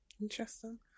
Interesting